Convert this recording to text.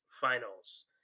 Finals